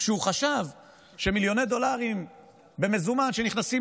כשהוא חשב שמיליוני דולרים במזומן שנכנסים